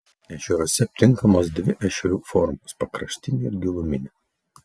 ežeruose aptinkamos dvi ešerių formos pakraštinė ir giluminė